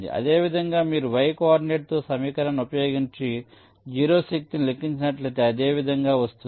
అదేవిధంగా మీరు y coordinate తో ఈ సమీకరణాన్ని ఉపయోగించి 0 శక్తిని లెక్కించినట్లయితే అదే విధంగా వస్తుంది